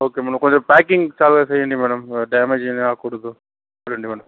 okay madam కొంచెం packing చాలా చెయ్యండి మేడమ్ డ్యామేజ్ ఏమీ రాకూడదు